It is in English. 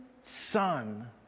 son